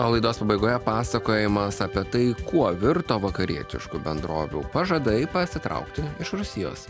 o laidos pabaigoje pasakojimas apie tai kuo virto vakarietiškų bendrovių pažadai pasitraukti iš rusijos